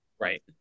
Right